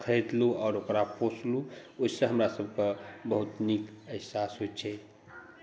खरीदलहुँ आओर ओकरा पोसलहुँ ओहिसँ हमरा सभके बहुत नीक एहसास होइ छै